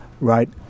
right